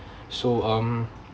so um